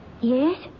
Yes